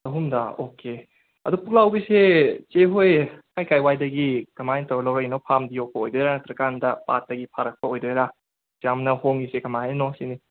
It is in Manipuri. ꯑꯍꯨꯝꯗ ꯑꯣꯀꯦ ꯑꯗꯣ ꯄꯨꯛꯂꯥꯎꯕꯤꯁꯦ ꯆꯦ ꯍꯣꯏ ꯀꯥꯏ ꯀꯥꯏꯋꯥꯏꯗꯒꯤ ꯀꯃꯥꯏ ꯇꯧꯔ ꯂꯧꯔꯛꯏꯅꯣ ꯐꯥꯝꯗ ꯌꯣꯛꯄ ꯑꯣꯏꯗꯣꯔꯥ ꯅꯠꯇ꯭ꯔꯀꯥꯟꯗ ꯄꯥꯠꯇꯒꯤ ꯐꯥꯔꯛꯄ ꯑꯣꯏꯗꯣꯏꯔꯥ ꯑꯁꯨꯛ ꯌꯥꯝ ꯍꯣꯡꯉꯤꯁꯦ ꯀꯃꯥꯏꯅꯅꯣ ꯁꯤꯅꯤ